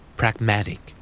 pragmatic